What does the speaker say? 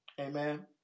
Amen